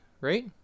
right